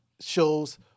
shows